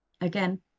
again